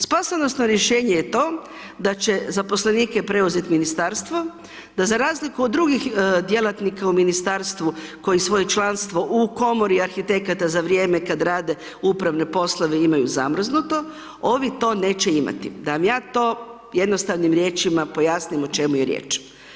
Spasonosno rješenje je to da će zaposlenike preuzeti Ministarstvo, da za razliku od drugih djelatnika u Ministarstvu koji članstvo u Komori arhitekata za vrijeme kad rade upravne poslove, imaju zamrznuto, ovi to neće imati, da vam ja to jednostavnim riječima pojasnim o čemu je riječ.